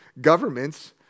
governments